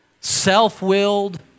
self-willed